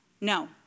No